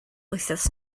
wythnos